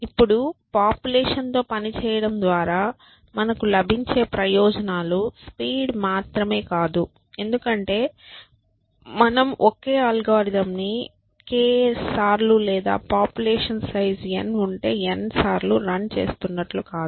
ఇప్పుడు పాపులేషన్ తో పనిచేయడం ద్వారా మనకు లభించే ప్రయోజనాలు స్పీడ్ మాత్రమే కాదు ఎందుకంటే మనం ఒకే అల్గోరిథంని k సార్లు లేదా పాపులేషన్ సైజు n ఉంటే n సార్లు రన్ చేస్తునట్లు కాదు